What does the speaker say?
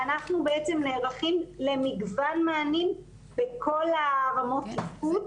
ואנחנו בעצם נערכים למגוון מענים בכל הרמות תפקוד.